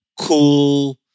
cool